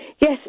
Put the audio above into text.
Yes